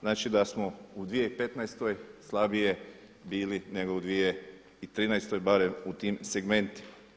Znači da smo u 2015. slabije bili nego u 2013. barem u tim segmentima.